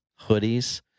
hoodies